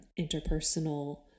interpersonal